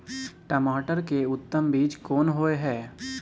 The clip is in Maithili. टमाटर के उत्तम बीज कोन होय है?